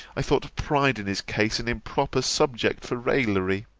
i thought pride in his case an improper subject for raillery